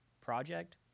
project